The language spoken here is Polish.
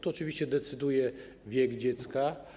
Tu oczywiście decyduje wiek dziecka.